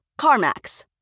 CarMax